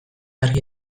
argi